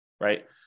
right